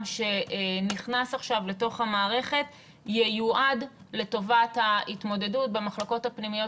שנכנס עכשיו לתוך המערכת ייועד לטובת ההתמודדות במחלקות הפנימיות